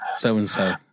so-and-so